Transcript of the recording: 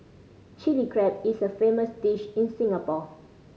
Chilli Crab is a famous dish in Singapore